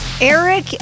Eric